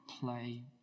play